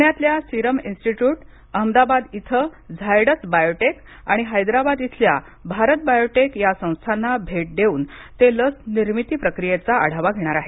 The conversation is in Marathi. पुण्यातल्या सिरम इंन्स्टीट्युट अहमदाबाद इथं झायडस बायोटेक आणि हैद्राबाद इथल्या भारत बायोटेक या संस्थांना भेट देऊन ते लस निर्मिती प्रक्रियेचा आढावा घेणार आहेत